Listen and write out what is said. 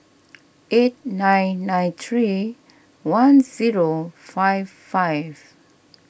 eight nine nine three one zero five five